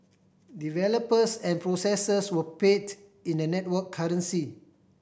developers and processors were paid in the network currency